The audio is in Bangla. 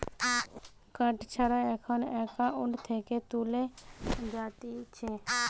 কার্ড ছাড়া এখন একাউন্ট থেকে তুলে যাতিছে